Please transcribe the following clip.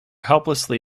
helplessly